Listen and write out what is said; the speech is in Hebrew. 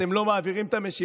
אתם לא מעבירים את המשילות.